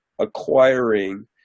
acquiring